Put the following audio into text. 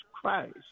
Christ